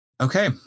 Okay